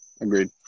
Agreed